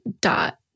Dot